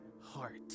heart